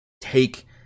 take